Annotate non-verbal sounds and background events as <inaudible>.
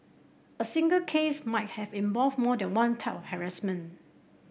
a single case might have involved more than one <unintelligible> of harassment